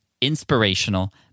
inspirational